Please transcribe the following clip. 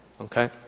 Okay